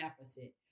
opposite